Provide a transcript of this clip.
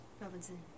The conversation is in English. Robinson